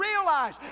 realize